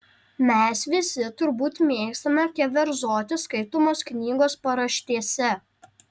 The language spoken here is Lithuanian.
mes visi turbūt mėgstame keverzoti skaitomos knygos paraštėse